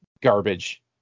garbage